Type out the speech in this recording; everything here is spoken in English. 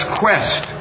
quest